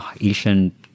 Asian